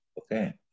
okay